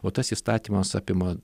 o tas įstatymas apima